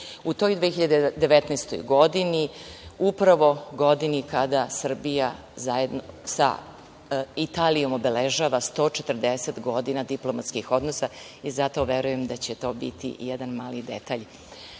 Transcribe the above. U toj 2019. godini, upravo godini kada Srbija zajedno sa Italijom obeležava 140 godina diplomatskih odnosa i zato verujem da će to biti jedan mali detalj.U